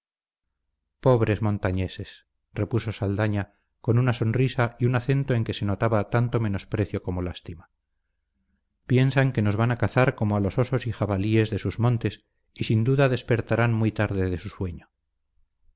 pobres montañeses repuso saldaña con una sonrisa y un acento en que se notaba tanto menosprecio como lástima piensan que nos van a cazar como a los osos y jabalíes de sus montes y sin duda despertarán muy tarde de su sueño